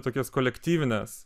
tokias kolektyvines